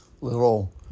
little